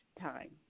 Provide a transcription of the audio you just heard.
time